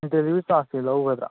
delivery ꯆꯥꯔꯖꯇꯤ ꯂꯧꯒꯗ꯭ꯔ